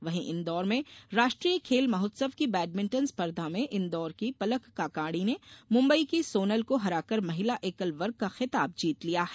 वहीं इन्दौर में राष्ट्रीय खेल महोत्सव की बैडमिंटन स्पर्धा में इन्दौर पलक काकाणी ने मुंबई की सोनल को हराकर महिला एकल वर्ग का खिताब जीत लिया है